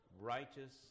righteous